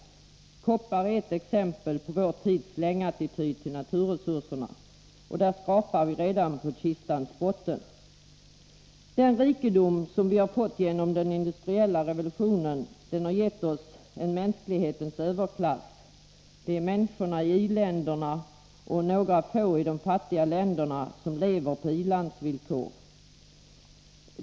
Användningen av koppar utgör ett exempel på vår tids slit-och-släng-attityd till naturresurserna. När det gäller kopparn skrapar vi redan på kistans botten. Den rikedom som den industriella revolutionen har givit oss är förbehållen mänsklighetens överklass — människorna i i-länderna och några få i de fattiga länderna som lever på i-ländernas villkor.